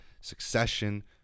succession